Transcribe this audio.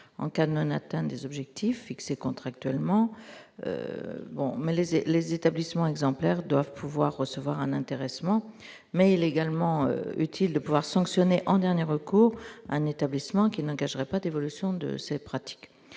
en cas de non atteinte des objectifs fixés contractuellement bon les les établissements exemplaires doivent pouvoir recevoir un intéressement, mais il est également utile de pouvoir sanctionner en dernier recours, un établissement qui n'engagerait pas d'évolution de ces pratiques,